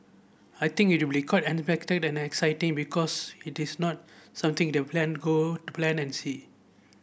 I think it will be quite unexpected and exciting because it is not something they plan go to plan and see